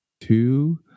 two